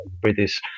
British